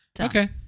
Okay